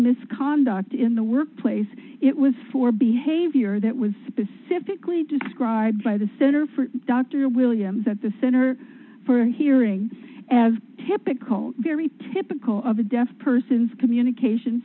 misconduct in the workplace it was for behavior that was the civically described by the center for dr williams at the center for hearing as typical very typical of a deaf person's communication